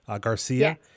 Garcia